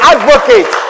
Advocate